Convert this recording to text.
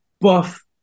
buff